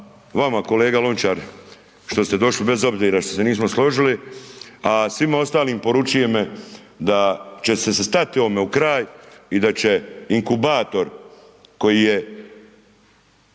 vama kolega Lončar što ste došli bez obzira što se nismo složili a svima ostalim poručujem im da će se stati ovome u kraj i da će inkubator koji je